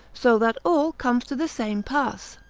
so that all comes to the same pass.